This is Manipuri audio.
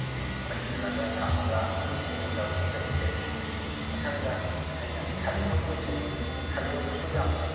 ꯄꯩꯁꯤꯜꯂꯒ ꯊꯝꯃꯒ ꯑꯗꯨꯏ ꯃꯇꯨꯡꯗ ꯑꯣꯛꯇ ꯄꯤꯖꯩ ꯃꯊꯪꯗ ꯑꯩꯅ ꯁꯟ ꯂꯣꯏꯕꯁꯦ ꯁꯟ ꯂꯣꯏꯕꯁꯨ ꯌꯥꯝꯅ